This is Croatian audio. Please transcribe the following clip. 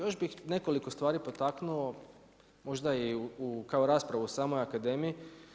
Još bi nekoliko stvari potaknuo, možda i kao raspravu u samoj akademiji.